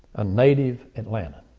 a native atlantan.